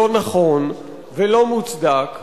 לא נכון ולא מוצדק,